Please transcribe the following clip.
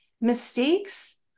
mistakes